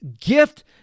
Gift